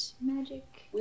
magic